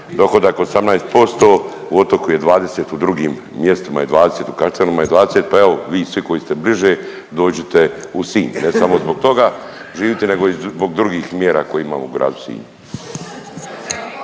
dohodak 18%. U Otoku je 20, u drugim mjestima je 20, u Kaštelima je 20 pa evo vi svi koji ste bliže dođite u Sinj, ne samo zbog toga živjeti nego i zbog drugih mjera koje imamo u gradu Sinju.